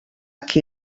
qui